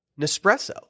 Nespresso